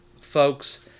folks